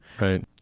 Right